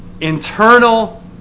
internal